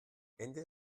ende